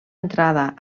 entrada